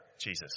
Jesus